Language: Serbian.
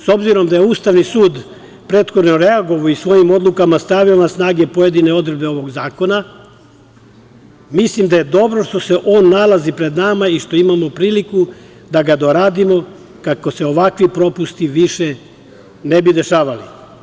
S obzirom da je Ustavni sud prethodno reagovao i svojim odlukama stavio na snagu pojedine odredbe ovog zakona, mislim da je dobro što se ovo nalazi pred nama i što imamo priliku da ga doradimo kako se ovakvi propusti više ne bi dešavali.